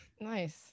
nice